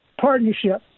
Partnership